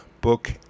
book